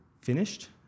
finished